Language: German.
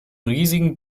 riesigen